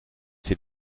sie